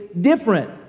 different